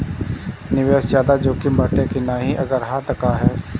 निवेस ज्यादा जोकिम बाटे कि नाहीं अगर हा तह काहे?